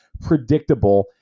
predictable